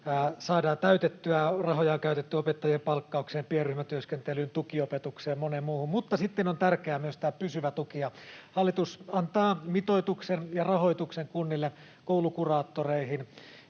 saadaan täytettyä. Rahoja on käytetty opettajien palkkaukseen, pienryhmätyöskentelyyn, tukiopetukseen, moneen muuhun. Mutta sitten on tärkeää myös tämä pysyvä tuki. Hallitus antaa mitoituksen ja rahoituksen kunnille koulukuraattoreihin